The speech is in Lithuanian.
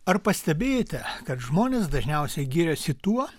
ar pastebėjote kad žmonės dažniausiai giriasi tuo